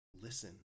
listen